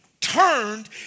turned